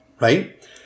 right